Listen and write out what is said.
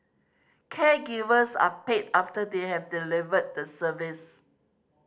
caregivers are paid after they have delivered the service